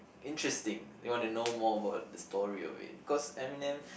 interesting you wanna know more about the story of it cause Eminem